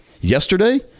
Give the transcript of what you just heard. Yesterday